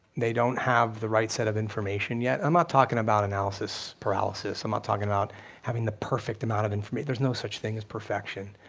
they don't have the right set of information yet. i'm not talking about analysis paralysis. i'm not talking about having the perfect amount of information. there's no such thing as perfection,